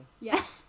yes